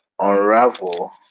unravel